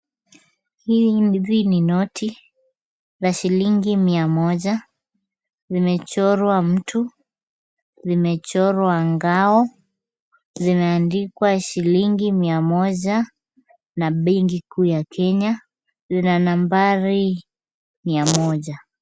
Hizi ni noti, za shilingi mia moja, zimechorwa mtu, zimechorwa ngao, zimeandikwa shilingi mia mija na benki kuu ya Kenya. Zina nambari 100.